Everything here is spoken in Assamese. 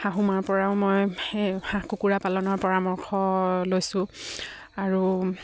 শাহুমাৰ পৰাও মই সেই হাঁহ কুকুৰা পালনৰ পৰামৰ্শ লৈছোঁ আৰু